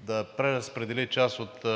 да преразпредели част от